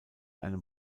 einem